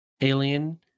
alien